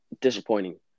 disappointing